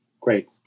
Great